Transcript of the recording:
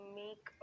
make